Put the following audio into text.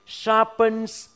sharpens